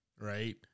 right